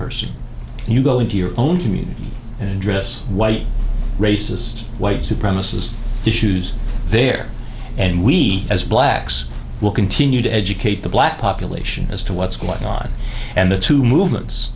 person you go into your own community and address white racist white supremacist issues there and we as blacks will continue to educate the black population as to what's going on and the two movements